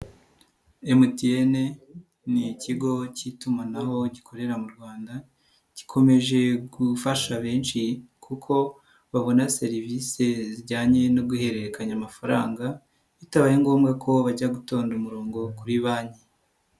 MTN ni ikigo cy'itumanaho gikorera mu Rwanda, gikomeje gufasha benshi kuko babona serivisi zijyanye no guhererekanya amafaranga, bitabaye ngombwa ko bajya gutonda umurongo kuri banki.